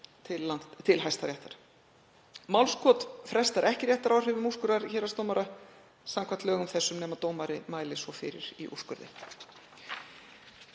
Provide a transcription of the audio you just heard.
til Hæstaréttar. Málskot frestar ekki réttaráhrifum úrskurðar héraðsdómara samkvæmt lögum þessum, nema dómari mæli svo fyrir í úrskurði.